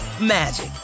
magic